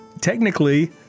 technically